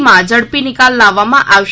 માં ઝડપી નિકાલ લાવવામાં આવશે